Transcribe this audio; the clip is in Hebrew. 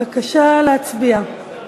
בבקשה להצביע.